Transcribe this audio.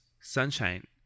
Sunshine